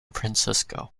francisco